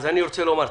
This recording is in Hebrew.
אז אני רוצה לומר,